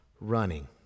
running